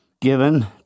given